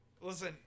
listen